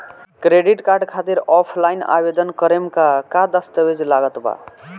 Credit card खातिर offline आवेदन करे म का का दस्तवेज लागत बा?